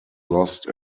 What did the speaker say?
lost